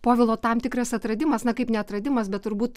povilo tam tikras atradimas na kaip neatradimas bet turbūt